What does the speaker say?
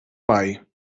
pai